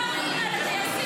השר קרעי על הטייסים הסרבנים.